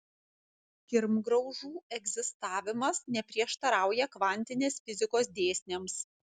kirmgraužų egzistavimas neprieštarauja kvantinės fizikos dėsniams